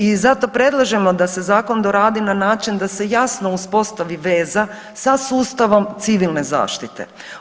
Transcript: I zato predlažemo da se zakon doradi na način da se jasno uspostavi veza sa sustavom civilne zaštite.